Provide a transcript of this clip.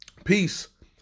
peace